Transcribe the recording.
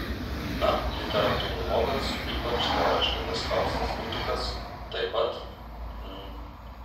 na literatūrologas ypač teoriškai pasikaustęs kritikas taip pat m